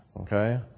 Okay